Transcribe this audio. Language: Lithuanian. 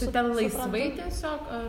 tu ten laisvai tiesiog ar